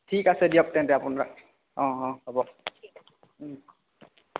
ঠিক আছে দিয়ক তেন্তে আপোনাৰ অঁ অঁ হ'ব